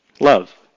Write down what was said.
love